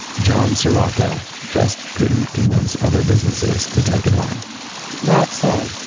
john cirocco just couldn't convince other businesses to take it on that said,